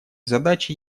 задачи